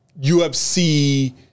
UFC